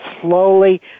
slowly